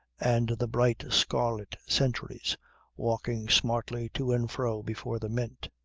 and the bright scarlet sentries walking smartly to and fro before the mint.